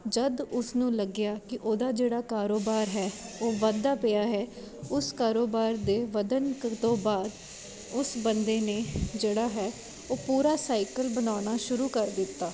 ਜਦ ਉਸਨੂੰ ਲੱਗਿਆ ਕੇ ਉਹਦਾ ਜਿਹੜਾ ਕਾਰੋਬਾਰ ਹੈ ਉਹ ਵਧਦਾ ਪਿਆ ਹੈ ਉਸ ਕਾਰੋਬਾਰ ਦੇ ਵਧਣ ਤੋਂ ਬਾਦ ਉਸ ਬੰਦੇ ਨੇ ਜਿਹੜਾ ਹੈ ਉਹ ਪੂਰਾ ਸਾਈਕਲ ਬਣਾਉਣਾ ਸ਼ੁਰੂ ਕਰ ਦਿੱਤਾ